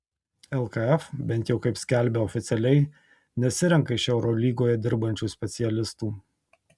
lkf bent jau kaip skelbia oficialiai nesirenka iš eurolygoje dirbančių specialistų